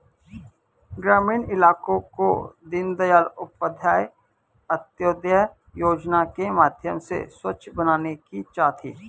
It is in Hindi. ग्रामीण इलाकों को दीनदयाल उपाध्याय अंत्योदय योजना के माध्यम से स्वच्छ बनाने की चाह थी